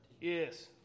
Yes